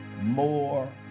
more